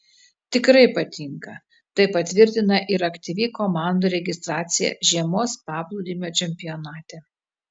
tikrai patinka tai patvirtina ir aktyvi komandų registracija žiemos paplūdimio čempionate